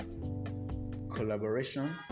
collaboration